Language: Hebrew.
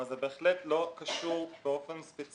אבל זה בהחלט לא קשור באופן ספציפי